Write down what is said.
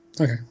Okay